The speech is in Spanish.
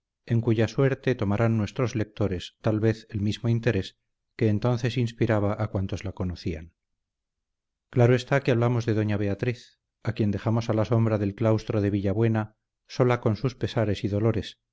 en cuya suerte tomarán nuestros lectores tal vez el mismo interés que entonces inspiraba a cuantos la conocían claro está que hablamos de doña beatriz a quien dejamos a la sombra del claustro de villabuena sola con sus pesares y dolores